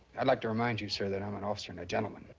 i'd like to remind you sir, that i'm an officer and a gentleman.